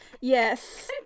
Yes